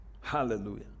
Hallelujah